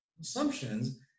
assumptions